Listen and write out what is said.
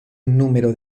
número